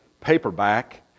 paperback